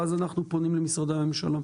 ואז אנחנו נפנה למשרדי הממשלה.